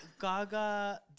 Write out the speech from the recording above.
Gaga